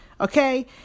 Okay